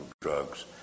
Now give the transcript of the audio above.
drugs